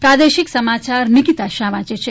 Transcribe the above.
પ્રાદેશિક સમાયાર નિકીતા શાહ વાંચે છે